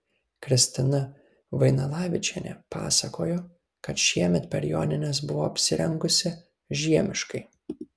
kristina vainalavičienė pasakojo kad šiemet per jonines buvo apsirengusi žiemiškai